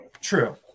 true